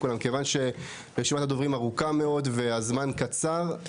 כיוון שרשימת הדוברים ארוכה מאוד והזמן קצר,